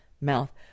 mouth